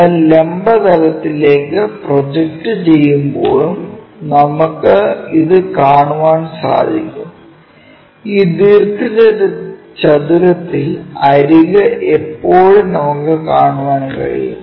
എന്നാൽ ലംബ തലത്തിലേക്കു പ്രൊജക്റ്റ് ചെയുമ്പോളും നമുക്ക് ഇത് കാണാൻ സാധിക്കുംഈ ദീർഘചതുരത്തിൽ അരിക് എപ്പോഴും നമുക്ക് കാണാൻ കഴിയും